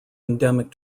endemic